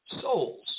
souls